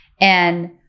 and-